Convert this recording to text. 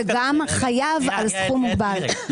וגם חייב על סכום מוגבל.